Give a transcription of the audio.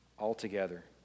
altogether